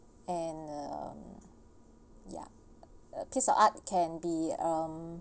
and uh ye a apiece of art can be um